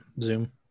Zoom